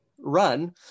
run